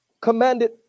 commanded